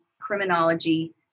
criminology